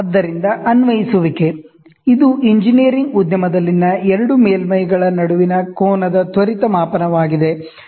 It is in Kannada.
ಆದ್ದರಿಂದ ಅನ್ವಯಿಸುವಿಕೆ ಇದು ಎಂಜಿನಿಯರಿಂಗ್ ಉದ್ಯಮದಲ್ಲಿನ ಎರಡು ಮೇಲ್ಮೈಗಳ ನಡುವಿನ ಆಂಗಲ್ ನ ತ್ವರಿತ ಮಾಪನವಾಗಿದೆ